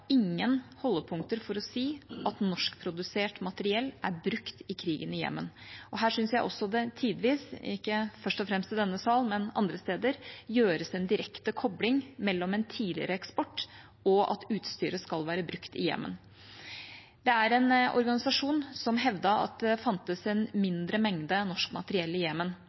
ingen holdepunkter for å si at norskprodusert materiell er brukt i krigen i Jemen. Her syns jeg det tidvis – ikke først og fremst i denne sal, men andre steder – gjøres en direkte kobling mellom en tidligere eksport og at utstyret skal være brukt i Jemen. Det er en organisasjon som har hevdet at det fantes en mindre mengde norsk materiell i